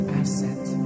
asset